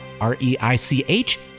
R-E-I-C-H